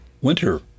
winter